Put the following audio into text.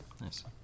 Nice